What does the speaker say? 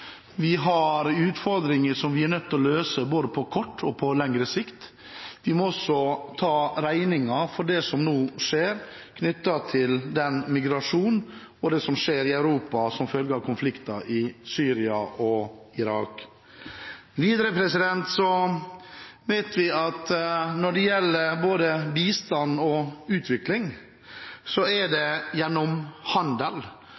vi har utfordringer som vi er nødt til å løse både på kortere og på lengre sikt. Vi må også ta regningen for det som nå skjer knyttet til migrasjonen – og det som skjer i Europa – som følge av konflikten i Syria og Irak. Videre vet vi at når det gjelder både bistand og utvikling, er det